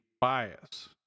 bias